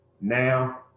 now